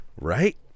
Right